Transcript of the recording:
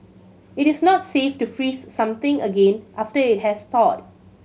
it is not safe to freeze something again after it has thawed